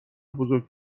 بزرگ